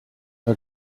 her